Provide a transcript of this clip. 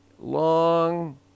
long